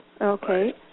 Okay